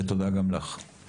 ותודה גם לך.